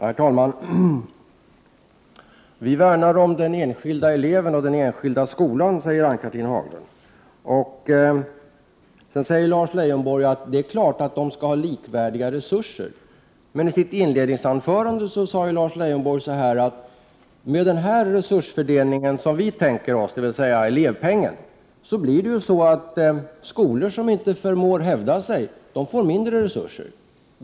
Herr talman! Vi värnar om den enskilda eleven och den enskilda skolan, säger Ann-Cathrine Haglund. Sedan säger Lars Leijonborg att det är klart att skolorna skall ha likvärda resurser. Men i sitt inledningsanförande sade Lars Leijonborg att den resursfördelning som folkpartiet tänker sig, dvs. elevpengen, innebär att skolor som inte förmår hävda sig får mindre resurser.